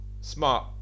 smart